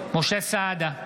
סעדה,